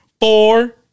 four